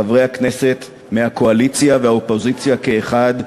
חברי הכנסת מהקואליציה ומהאופוזיציה כאחד,